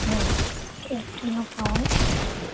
ہاں ایک kilo pound